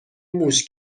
موش